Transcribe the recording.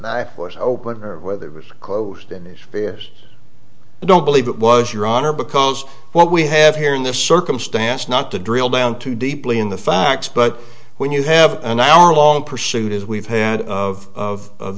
i was open or whether it was close to his fears i don't believe it was your honor because what we have here in this circumstance not to drill down too deeply in the facts but when you have an hour long pursuit as we've had of